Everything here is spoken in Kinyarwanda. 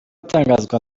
itangazwa